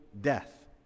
death